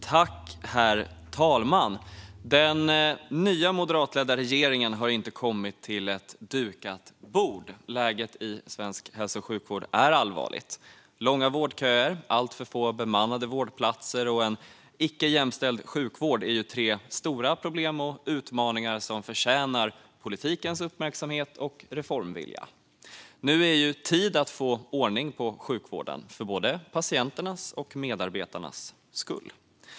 Herr talman! Den nya moderatledda regeringen har inte kommit till ett dukat bord. Läget i svensk hälso och sjukvård är allvarligt. Långa vårdköer, alltför få bemannade vårdplatser och en icke jämställd sjukvård är tre stora problem och utmaningar som förtjänar politikens uppmärksamhet och reformvilja. Nu är tid att få ordning på sjukvården för både patienternas och medarbetarnas skull.